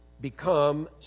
become